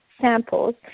samples